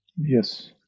Yes